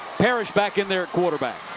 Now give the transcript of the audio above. parrish back in there at quarterback.